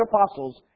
apostles